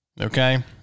Okay